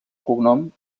cognom